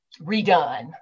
redone